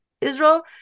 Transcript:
Israel